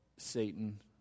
Satan